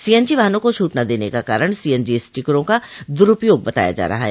CNG वाहनों को छूट न देने का कारण सीएनजी स्टिकरों का दुरूपयोग बताया जा रहा है